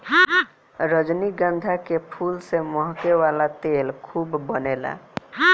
रजनीगंधा के फूल से महके वाला तेल खूब बनेला